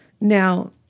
Now